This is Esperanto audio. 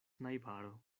najbaro